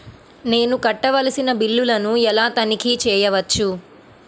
నేను కట్టవలసిన బిల్లులను ఎలా తనిఖీ చెయ్యవచ్చు?